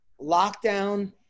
lockdown